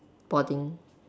boring